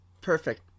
Perfect